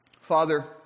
Father